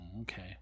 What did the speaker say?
Okay